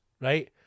right